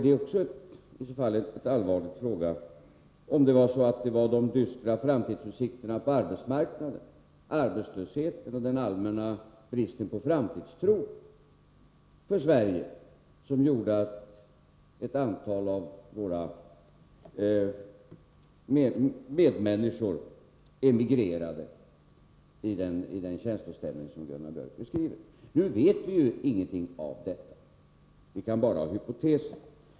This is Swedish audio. Det är i så fall också en allvarlig fråga — om det är de dystra framtidsutsikterna på arbetsmarknaden, arbetslösheten och den allmänna bristen på framtidstro i vad gäller Sverige som gör att ett antal av våra medmänniskor emigrerar i den känslostämning som Gunnar Biörck beskriver. Nu vet vi ingenting om detta. Vi kan bara ha hypoteser.